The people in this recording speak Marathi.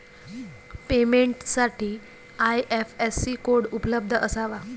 पेमेंटसाठी आई.एफ.एस.सी कोड उपलब्ध असावा